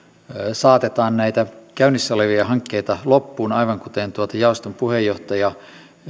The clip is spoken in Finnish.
saatetaan näitä käynnissä olevia hankkeita loppuun aivan kuten jaoston puheenjohtaja